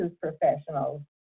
professionals